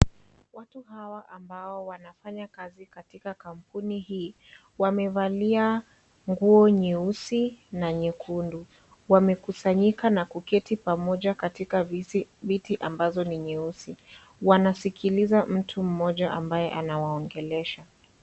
Watu hawa ambao wanafanya kazi katika kampuni hii, wamevalia nguo nyeusi na nyekundu. Wamekusanyika na kuketi pamoja katika viti ambazo ni nyeusi. Wanasikiliza mtu mmoja amabaye anawongelesha.